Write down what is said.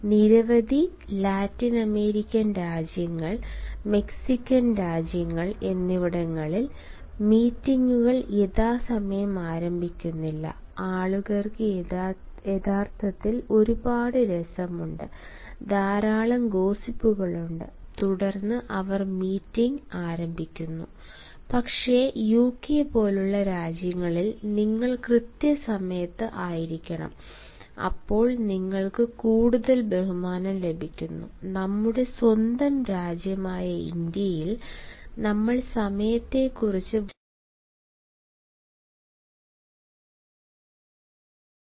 നിരവധി Latin American രാജ്യങ്ങൾ Mexican രാജ്യങ്ങൾ എന്നിവിടങ്ങളിൽ മീറ്റിംഗുകൾ യഥാസമയം ആരംഭിക്കുന്നില്ല ആളുകൾക്ക് യഥാർത്ഥത്തിൽ ഒരുപാട് രസമുണ്ട് ധാരാളം ഗോസിപ്പുകൾ ഉണ്ട് തുടർന്ന് അവർ മീറ്റിംഗ് ആരംഭിക്കുന്നു പക്ഷേ യുകെ പോലുള്ള രാജ്യങ്ങളിൽ നിങ്ങൾ കൃത്യസമയത്ത് ആയിരിക്കണം അപ്പോൾ നിങ്ങൾക്ക് കൂടുതൽ ബഹുമാനം ലഭിക്കുന്നു നമ്മുടെ സ്വന്തം രാജ്യം ആയ ഇന്ത്യയിൽ നമ്മൾ സമയത്തെക്കുറിച്ച് വളരെയധികം സംസാരിക്കാറുണ്ടെങ്കിലും മിക്കപ്പോഴും നമ്മൾ സമയം പാലിക്കാറില്ല അതിനാലാണ് പ്രശ്നം ഉണ്ടാകുന്നത്